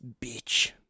bitch